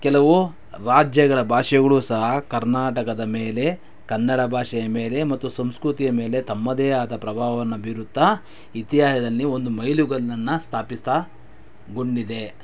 ಕೆಲವು ರಾಜ್ಯಗಳ ಭಾಷೆಗಳು ಸಹ ಕರ್ನಾಟಕದ ಮೇಲೆ ಕನ್ನಡ ಭಾಷೆಯ ಮೇಲೆ ಮತ್ತು ಸಂಸ್ಕೃತಿಯ ಮೇಲೆ ತಮ್ಮದೇ ಆದ ಪ್ರಭಾವವನ್ನು ಬೀರುತ್ತಾ ಇತಿಹಾಸದಲ್ಲಿ ಒಂದು ಮೈಲುಗಲ್ಲನ್ನು ಸ್ಥಾಪಿತ ಗೊಂಡಿದೆ